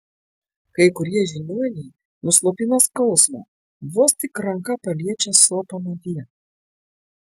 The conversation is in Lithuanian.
kai kurie žiniuoniai nuslopina skausmą vos tik ranka paliečia sopamą vietą